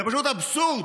זה פשוט אבסורד